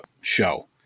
show